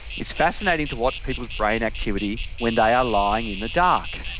it's fascinating to watch people's brain activity when they are lying in the dark.